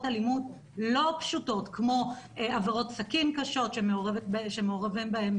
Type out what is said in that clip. אלימות לא פשוטות כמו עבירות סכין קשות שמעורבים בהם